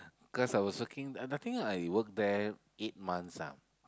cause I was working I think I work there eight months ah